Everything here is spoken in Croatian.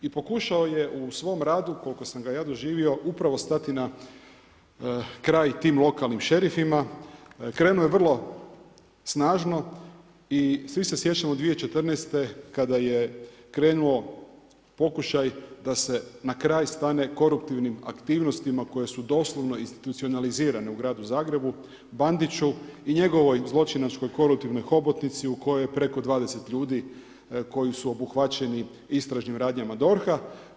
I pokušao je u svom radu koliko sam ga ja doživio upravo stati na kraj tim lokalnim šerifima, krenuo je vrlo snažno i svi se sjećamo 2014. kada je krenuo pokušaj da se na kraj stane koruptivnim aktivnostima koje su doslovno institucionalizirane u gradu Zagrebu, Bandiću i njegovoj zločinačkoj koruptivnoj hobotnici u kojoj preko 20 ljudi koji su obuhvaćeni istražnim radnjama DORH-a.